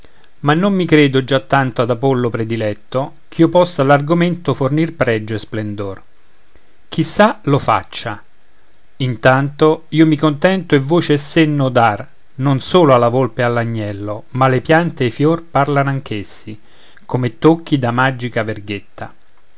ma non mi credo già tanto ad apollo prediletto ch'io possa all'argomento fornir pregio e splendor chi sa lo faccia intanto io mi contento e voce e senno dar non solo alla volpe ed all'agnello ma le piante ed i fior parlano anch'essi come tocchi da magica verghetta